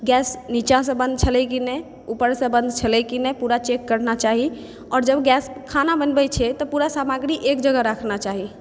gas नीचासँ बन्द छलै कि नहि ऊपरसँ बन्द छलै कि नहि पूरा चेक करना चाही आओर गैस जब खाना बनबै छै तऽ पूरा सामग्री एक जगह रखना चाही